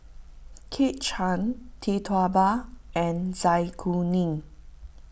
Kit Chan Tee Tua Ba and Zai Kuning